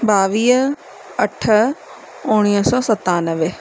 ॿावीह अठ उणिवीह सौ सतानवे